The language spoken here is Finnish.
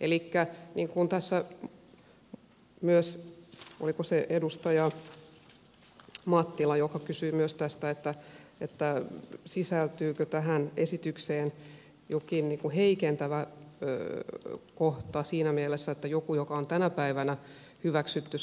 elikkä kun tässä oliko se edustaja mattila kysyi myös tästä sisältyykö tähän esitykseen jokin heikentävä kohta siinä mielessä että joku joka on tänä päivänä hyväksytty